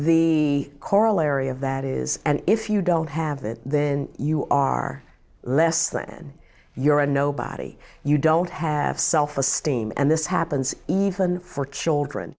the corollary of that is and if you don't have that then you are less then you're a nobody you don't have self esteem and this happens even for children